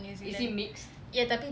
is he mixed